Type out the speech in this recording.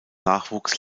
nachwuchs